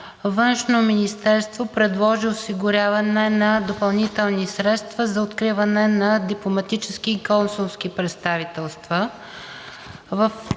Външно министерство предложи осигуряване на допълнителни средства за откриване на дипломатически и консулски представителства.